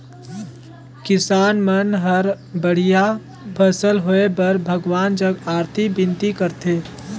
किसान मन हर बड़िया फसल होए बर भगवान जग अरती बिनती करथे